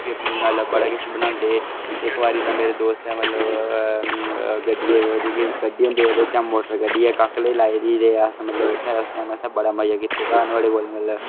फ्ही मतलब बड़ा किश बनांदे हे इक बारी तां मेरे दोस्तें मतलब गड्डियै जेह्की गड्डी होंदी ऐ ओह्दे च मोटर कड्डियै काकलै लाई दी अस मतलब उत्थै उस टैम असें बड़ा मज़ा कीते दा नुहाड़े कोल मतलब